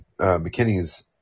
McKinney's